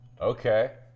Okay